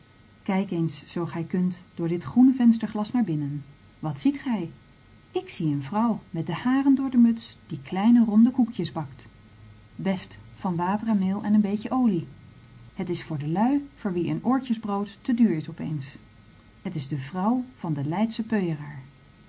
kijk eens zoo gij kunt door dit groene vensterglas naar binnen wat ziet gij ik zie een vrouw met de haren door de muts die kleine ronde koekjes bakt best van water en meel en een beetje olie het is voor de lui voor wie een oortjesbroodje te duur is opeens het is de vrouw van den leidschen